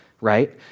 right